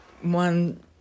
one